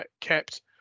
kept